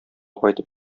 кайтып